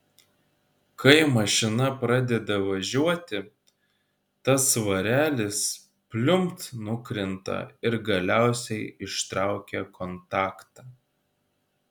kai mašina pradeda važiuoti tas svarelis pliumpt nukrinta ir galiausiai ištraukia kontaktą